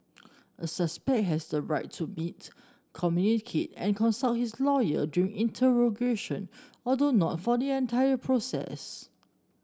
a suspect has the right to meet communicate and consult his lawyer during interrogation although not for the entire process